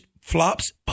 flops